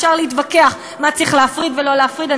אפשר להתווכח מה צריך להפריד ומה לא להפריד.